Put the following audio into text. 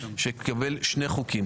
שתקבל שני חוקים.